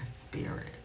spirit